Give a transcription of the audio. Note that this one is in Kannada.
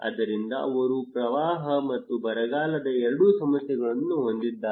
ಆದ್ದರಿಂದ ಅವರು ಪ್ರವಾಹ ಮತ್ತು ಬರಗಾಲದ ಎರಡೂ ಸಮಸ್ಯೆಗಳನ್ನು ಹೊಂದಿದ್ದಾರೆ